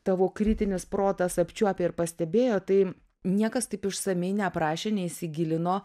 tavo kritinis protas apčiuopė ir pastebėjo tai niekas taip išsamiai neaprašė neįsigilino